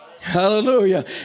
Hallelujah